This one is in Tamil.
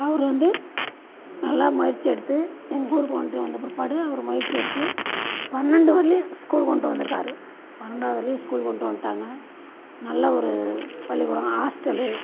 அவர் வந்து நல்லா முயற்சி எடுத்து எங்கள் ஊருக்கு ஒன்றியம் வந்த பிற்பாடு அவர் முயற்சி எடுத்து பன்னெண்டு வரைலேயும் ஸ்கூல் கொண்டு வந்துருக்கார் பன்னெண்டாவது வரைலேயும் ஸ்கூல் கொண்டு வந்துட்டாங்க நல்ல ஒரு பள்ளிக்கூடம் ஹாஸ்டலு